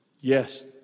Yes